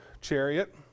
chariot